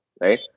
Right